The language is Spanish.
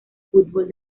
football